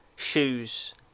shoes